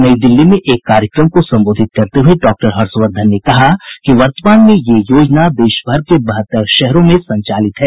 नई दिल्ली में एक कार्यक्रम को संबोधित करते हुए डॉक्टर हर्षवर्धन ने कहा कि वर्तमान में यह योजना देशभर में बहत्तर शहरों में संचालित है